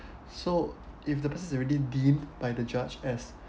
so if the person's already deemed by the judge as